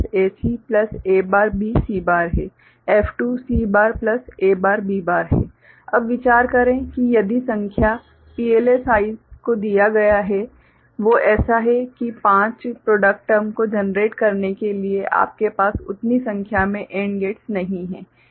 F1ABACABC F2CAB अब विचार करें कि यदि संख्या PLA साइज़ जो दिया गया है वो ऐसा है कि पाँच सुधार प्रॉडक्ट टर्म को जनरेट करने के लिए आपके पास उतनी संख्या मे AND गेट्स नहीं है